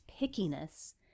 pickiness